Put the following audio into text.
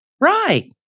Right